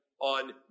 on